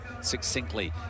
succinctly